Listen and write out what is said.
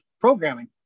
programming